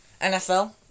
NFL